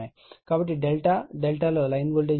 కాబట్టి ∆∆ లో line voltage phase voltage